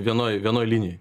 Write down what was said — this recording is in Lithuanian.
vienoj vienoj linijoj